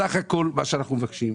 סך הכול מה שאנחנו מבקשים,